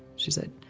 she said,